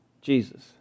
Jesus